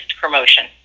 promotion